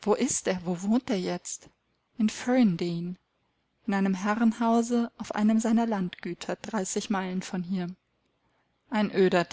wo ist er wo wohnt er jetzt in ferndean in einem herrenhause auf einem seiner landgüter dreißig meilen von hier ein öder